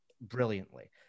brilliantly